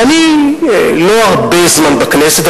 ואני לא הרבה זמן בכנסת,